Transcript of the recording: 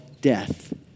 death